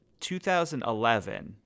2011